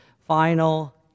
final